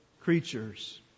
creatures